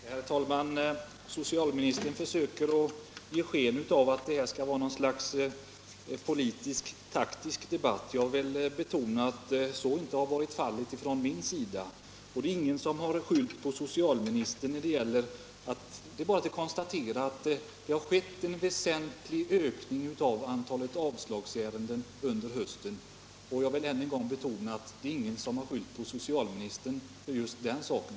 Herr talman! Socialministern försöker ge sken av att det här skulle vara något slags politiskt taktisk debatt. Jag vill betona att så inte har varit fallet från min sida. Det är ingen som har skyllt på socialministern — det är bara att konstatera att det har skett en väsentlig ökning av antalet avslag under hösten. Jag vill än en gång betona att det är ingen som har skyllt på socialministern för just den saken.